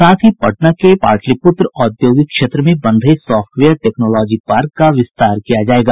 साथ ही पटना के पाटलिपुत्र औद्योगिक क्षेत्र में बन रहे सॉफ्टवेयर टेक्नोलॉजी पार्क का विस्तार किया जायेगा